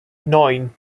neun